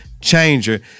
Changer